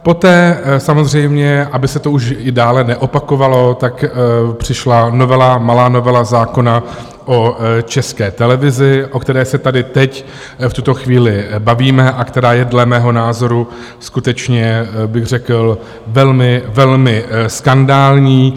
Poté samozřejmě, aby se to už i dále neopakovalo, tak přišla malá novela zákona o České televizi, o které se tady teď v tuto chvíli bavíme a která je dle mého názoru skutečně bych řekl velmi, velmi skandální.